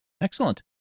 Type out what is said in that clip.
excellent